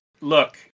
Look